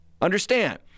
Understand